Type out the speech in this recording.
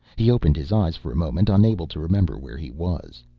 he opened his eyes, for a moment unable to remember where he was.